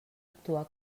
actuar